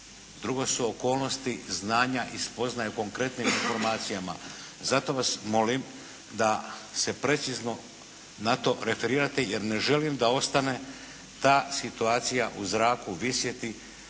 drugo su okolnosti znanja i spoznaje o konkretnim informacijama. Zato vas molim da se precizno na to referirate jer ne želim da ostane ta situacija u zraku visjeti